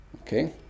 Okay